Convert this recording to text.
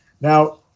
Now